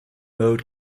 mode